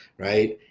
right.